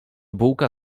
bułka